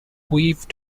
weave